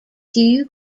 two